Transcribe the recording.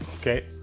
Okay